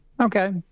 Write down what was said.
Okay